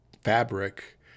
fabric